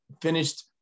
finished